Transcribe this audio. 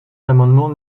l’amendement